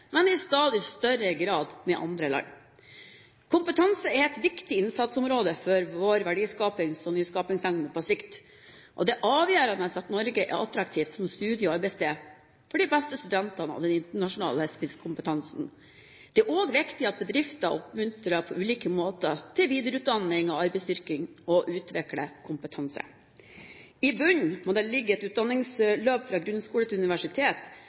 men i stadig større grad med andre land. Kompetanse er et viktig innsatsområde for vår verdiskapings- og nyskapingsevne på sikt. Det er avgjørende at Norge er attraktivt som studie- og arbeidssted for de beste studentene og den internasjonale spisskompetansen. Det er også viktig at bedrifter oppmuntres på ulike måter til å videreutdanne arbeidsstyrken og utvikle kompetanse. I bunnen må det ligge et utdanningsløp fra grunnskole til universitet,